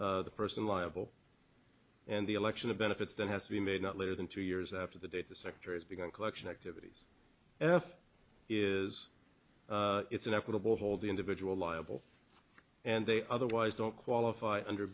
hold the person liable and the election of benefits that has to be made not later than two years after the date the sector has begun collection activities f is it's an equitable hold the individual liable and they otherwise don't qualify under